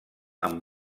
amb